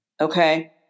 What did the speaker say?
Okay